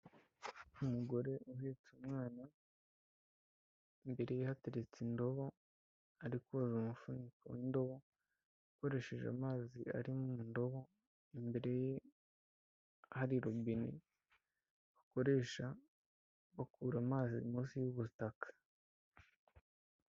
Umugore uhetse umwana imbere hatetse indobo, ari koza umufuniko w'indobo akoresheje amazi ari mu ndobo, imbere ye hari rubine bakoresha bakura amazi munsi y'ubutaka.